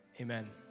amen